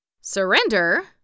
Surrender